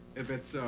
if it's, ah,